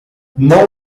não